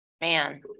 Man